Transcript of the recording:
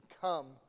come